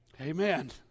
Amen